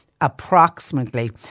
approximately